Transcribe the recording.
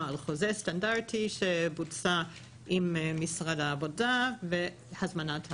על חוזה סטנדרטי שבוצע עם משרד העבודה והזמנת העובד.